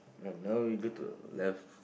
ya now we go to left